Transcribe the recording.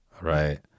Right